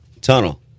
tunnel